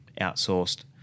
outsourced